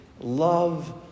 Love